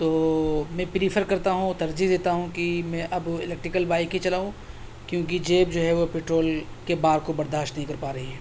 تو میں پریفر کرتا ہوں ترجیح دیتا ہوں کہ میں اب الیکٹریکل بائک ہی چلاؤں کیونکہ جیب جو ہے وہ پیٹرول کے بار کو برداشت نہیں کر پا رہی ہے